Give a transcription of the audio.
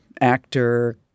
actor